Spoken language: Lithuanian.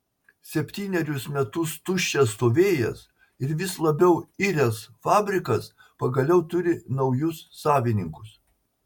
septynerius metus tuščias stovėjęs ir vis labiau iręs fabrikas pagaliau turi naujus savininkus